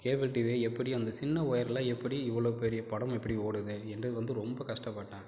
cable டிவியை எப்படி அந்த சின்ன ஒயரில் எப்படி இவ்வளோ பெரிய படம் எப்படி ஓடுது என்று வந்து ரொம்ப கஷ்டப்பட்டேன்